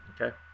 Okay